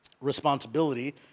responsibility